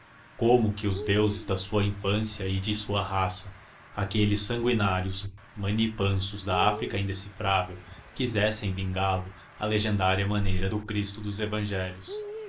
como que os deuses de sua infância e de sua raça aqueles sanguinários manipansos da áfrica indecifrável quisessem vingá-lo à legendária maneira do cristo dos evangelhos